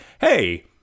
Hey